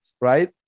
right